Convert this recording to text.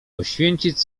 poświęcić